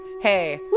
Hey